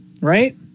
right